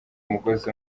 umugozi